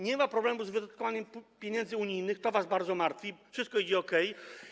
Nie ma problemu z wydatkowaniem pieniędzy unijnych - to was bardzo martwi - wszystko idzie okej.